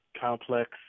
complex